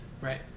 Right